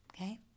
Okay